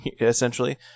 essentially